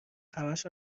همشو